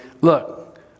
look